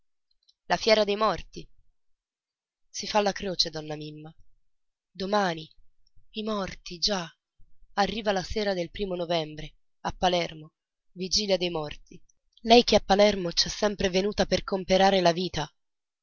la fiera dei morti si fa la croce donna mimma domani i morti già arriva la sera del primo novembre a palermo vigilia dei morti lei che a palermo c'è sempre venuta per comperare la vita